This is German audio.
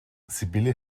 sibylle